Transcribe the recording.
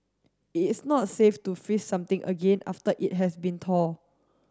it is not safe to freeze something again after it has been thawed